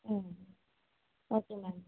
ம் okay ma'am